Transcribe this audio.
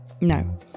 No